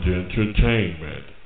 entertainment